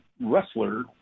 wrestler